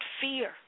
fear